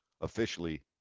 officially